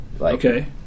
Okay